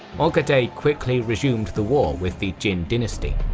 ogedai quickly resumed the war with the jin dynasty.